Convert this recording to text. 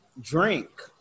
drink